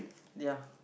ya